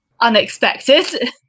unexpected